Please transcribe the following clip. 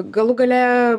galų gale